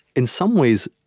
in some ways,